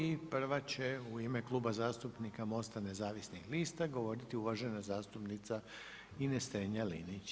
I prva će u ime Kluba zastupnika Most-a nezavisnih slita govoriti uvažena zastupnica Ines STrenja-Linić.